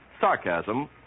sarcasm